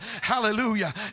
Hallelujah